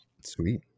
Sweet